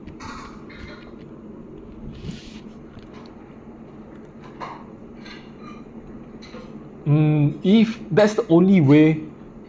mm if that's the only way